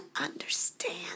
understand